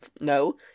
no